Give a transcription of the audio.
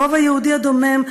הרוב היהודי הדומם,